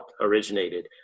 originated